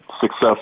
success